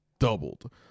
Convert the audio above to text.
doubled